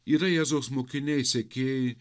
yra jėzaus mokiniai sekėjai